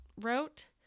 wrote